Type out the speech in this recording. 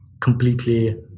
completely